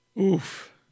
Oof